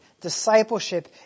Discipleship